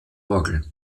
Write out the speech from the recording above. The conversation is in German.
orgel